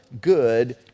good